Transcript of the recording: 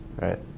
right